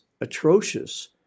atrocious